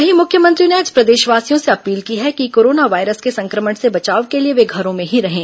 वहीं मुख्यमंत्री ने आज प्रदेशवासियों से अपील की है कि कोरोना वायरस के संक्रमण से बचाव के लिए वे घरों में ही रहें